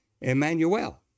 Emmanuel